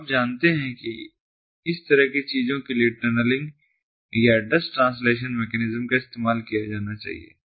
तो आप जानते हैं कि इस तरह की चीज़ों के लिए टनलिंग या एड्रेस ट्रांसलेशन मैकेनिज़्म का इस्तेमाल किया जाना चाहिए